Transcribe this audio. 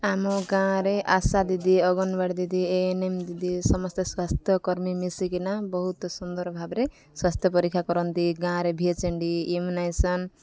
ଆମ ଗାଁରେ ଆଶା ଦିଦି ଅଙ୍ଗନୱାଡ଼ି ଦିଦି ଏ ଏନ୍ ଏମ୍ ଦିଦି ସମସ୍ତେ ସ୍ୱାସ୍ଥ୍ୟକର୍ମୀ ମିଶିକିନା ବହୁତ ସୁନ୍ଦର ଭାବରେ ସ୍ୱାସ୍ଥ୍ୟ ପରୀକ୍ଷା କରନ୍ତି ଗାଁରେ V H N D immunisation